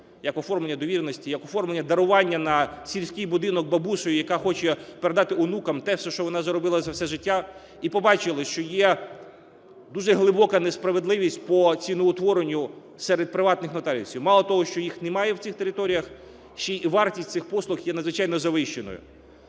як оформлення довіреності, як оформлення дарування на сільській будинок бабусею, яка хоче передати онукам все те, що вона заробила за все життя, і побачили, що є дуже глибока несправедливість по ціноутворенню серед приватних нотаріусів. Мало того, що їх немає на цих територіях, ще й вартість цих послуг є надзвичайно завищеною.